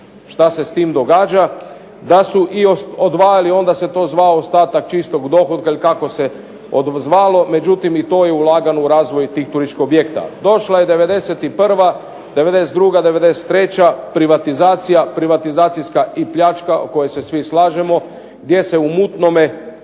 šta se s tim događa, da su i odvajali onda se to zvao ostatak čistog dohotka ili kako se to zvalo. Međutim i to je ulagano u tih turističkih objekata. Došla je '91., '92., '93., privatizacija, privatizacijska i pljačka o kojoj se svi slažemo gdje su se u mutnome